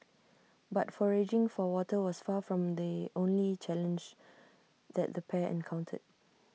but foraging for water was far from the only challenge that the pair encountered